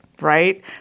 right